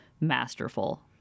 masterful